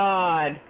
God